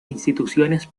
instituciones